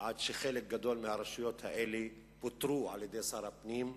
עד שחלק גדול מהרשויות האלה פוטרו על-ידי שר הפנים,